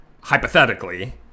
hypothetically